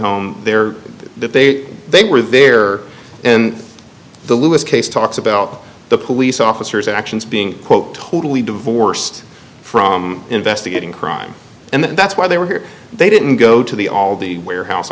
home there that they they were there and the lewis case talks about the police officer's actions being quote totally divorced from investigating crime and that's why they were here they didn't go to the all the warehouse